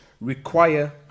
require